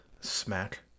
smack